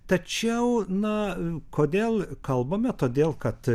tačiau na kodėl kalbame todėl kad